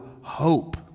hope